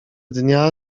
dnia